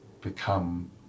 become